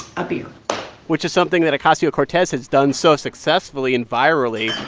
a beer which is something that ocasio-cortez has done so successfully and virally.